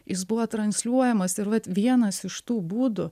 jis buvo transliuojamas ir vat vienas iš tų būdų